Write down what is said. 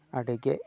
ᱟᱹᱰᱤ ᱜᱮ